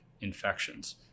infections